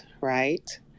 right